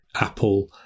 Apple